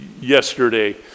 yesterday